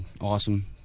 awesome